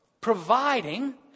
providing